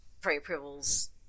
pre-approvals